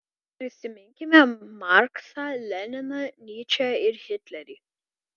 prisiminkime marksą leniną nyčę ir hitlerį